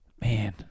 man